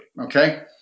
Okay